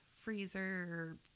freezer